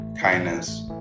Kindness